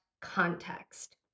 context